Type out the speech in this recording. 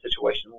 situation